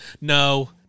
no